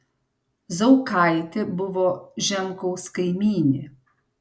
zaukaitė buvo žemkaus kaimynė